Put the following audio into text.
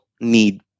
need